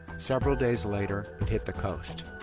several days later it hit the coast.